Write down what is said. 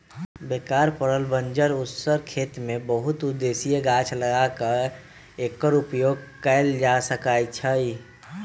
बेकार पड़ल बंजर उस्सर खेत में बहु उद्देशीय गाछ लगा क एकर उपयोग कएल जा सकै छइ